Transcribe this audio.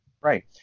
Right